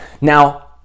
now